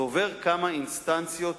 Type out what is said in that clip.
זה עובר כמה אינסטנציות